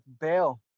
Bale